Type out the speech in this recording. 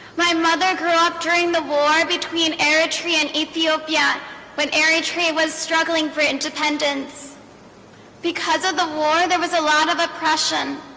my mother grew up during the war between eritrea and ethiopia when eritrea was struggling for independence because of the war there was a lot of oppression